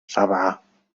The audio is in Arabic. سبعة